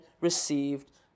received